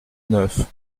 neuf